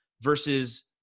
versus